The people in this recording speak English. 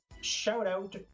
shout-out